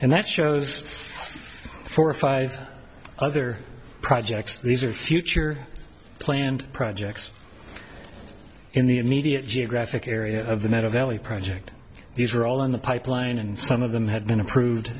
and that shows four or five other projects these are future planned projects in the immediate geographic area of the matter valley project these are all in the pipeline and some of them had been approved